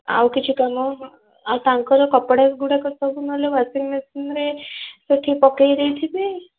ଆଉ କିଛି କାମ ଆଉ ତାଙ୍କର କପଡ଼ାଗୁଡ଼ାକ ସବୁ ନହେଲେ ୱାଶିଂମେସିନ୍ରେ ସେଠି ପକାଇ ଦେଇଥିବେ